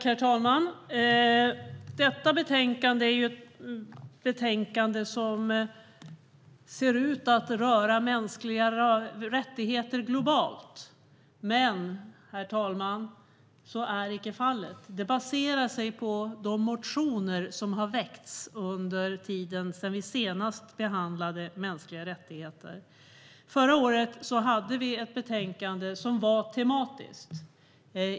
Herr talman! Detta betänkande ser ut att röra mänskliga rättigheter globalt, men så är icke fallet. Det baserar sig på de motioner som har väckts under tiden sedan vi senast behandlade mänskliga rättigheter. Förra året hade vi ett betänkande som var tematiskt.